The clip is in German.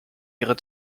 ihre